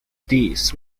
these